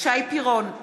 שי פירון,